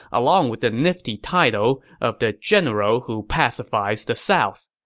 along with the nifty title of the general who pacifies the south.